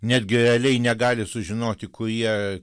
netgi realiai negali sužinoti kurie